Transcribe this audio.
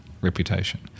reputation